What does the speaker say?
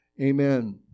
amen